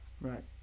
right